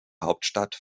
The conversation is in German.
hauptstadt